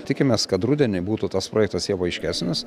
tikimės kad rudenį būtų tas projektas jau aiškesnis